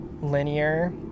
linear